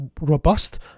robust